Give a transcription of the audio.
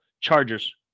Chargers